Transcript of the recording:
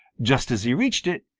just as he reached it,